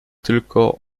tylko